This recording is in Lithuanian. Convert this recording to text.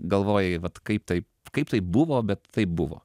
galvojai vat kaip tai kaip taip buvo bet taip buvo